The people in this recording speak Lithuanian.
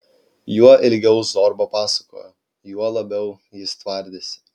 juo ilgiau zorba pasakojo juo labiau jis tvardėsi